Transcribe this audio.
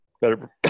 Better